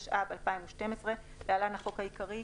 התשע"ב 2012‏ (להלן החוק העיקרי),